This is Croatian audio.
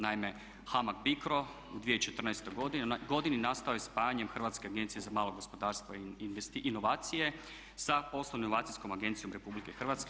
Naime, HAMAG BICRO 2014.godine nastao je spajanjem Hrvatske agencije za malo gospodarstvo i inovacije sa poslovnom inovacijskom agencijom RH.